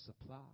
supply